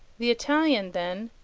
the italian, then,